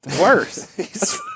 worse